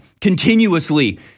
continuously